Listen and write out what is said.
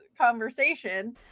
conversation